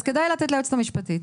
כדאי לתת ליועצת המשפטית.